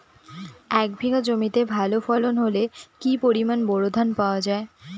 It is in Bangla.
এক বিঘা জমিতে ভালো ফলন হলে কি পরিমাণ বোরো ধান পাওয়া যায়?